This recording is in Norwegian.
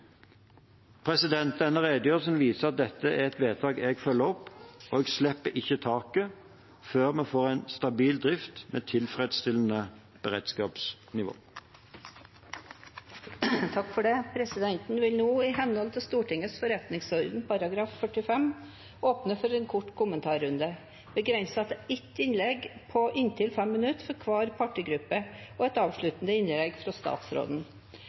Denne redegjørelsen viser at dette er et vedtak jeg følger opp, og jeg slipper ikke taket før vi får en stabil drift med et tilfredsstillende beredskapsnivå. Presidenten vil nå, i henhold til Stortingets forretningsorden § 45, åpne for en kort kommentarrunde, begrenset til ett innlegg på inntil 5 minutter fra hver partigruppe og et avsluttende innlegg fra statsråden.